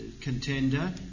contender